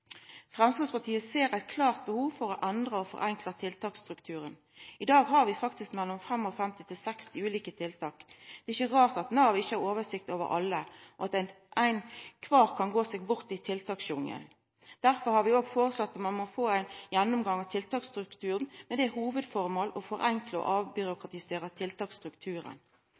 Framstegspartiet ser eit klart behov for å endra og forenkla tiltaksstrukturen. I dag har vi mellom 55 og 60 ulike tiltak. Det er ikkje rart at Nav ikkje har oversikt over alle, og at nokon kvar kan gå seg bort i tiltaksjungelen. Derfor har vi òg føreslått at ein må ha ein gjennomgang av tiltaksstrukturen med det hovudformålet å forenkla og